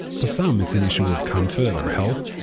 for some, it's an issue of comfort or health.